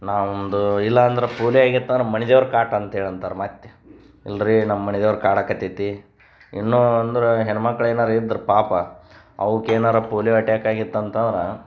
ನಮ್ದು ಇಲ್ಲಾಂದ್ರೆ ಪೋಲಿಯೊ ಆಗಿತ್ತಂದ್ರೆ ಮನೆದೇವ್ರ್ ಕಾಟ ಅಂತೇಳಿ ಅಂತಾರೆ ಮತ್ತು ಇಲ್ಲ ರೀ ನಮ್ಮ ಮನೆದೇವ್ರ್ ಕಾಡೋಕತ್ತೈತಿ ಇನ್ನು ಅಂದ್ರೆ ಹೆಣ್ಮಕ್ಳು ಏನಾರೂ ಇದ್ರೆ ಪಾಪ ಅವ್ಕೆ ಏನಾರೂ ಪೋಲಿಯೊ ಅಟ್ಯಾಕ್ ಆಗಿತ್ತು ಅಂತಂದ್ರೆ